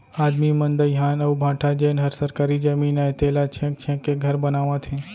आदमी मन दइहान अउ भाठा जेन हर सरकारी जमीन अय तेला छेंक छेंक के घर बनावत हें